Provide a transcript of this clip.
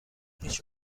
هیچ